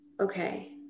okay